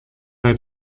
bei